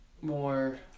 more